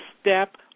step